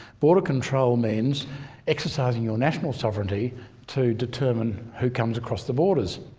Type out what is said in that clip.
border control means exercising your national sovereignty to determine who comes across the borders.